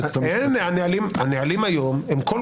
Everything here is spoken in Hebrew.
שניהם היי-טקיסטים והיום אני רוצה לדבר כי אני